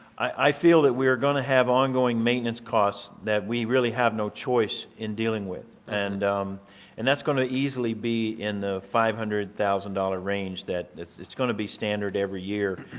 i feel that we're going to have ongoing maintenance cost that we really have no choice in dealing with and and that's going to easily be in the five hundred thousand dollar range, that it's it's going to be standard every year.